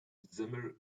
zimmer